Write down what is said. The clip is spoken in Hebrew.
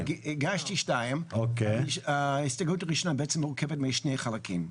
הגשתי שתיים וההסתייגות הראשונה בעצם מורכבת משני חלקים.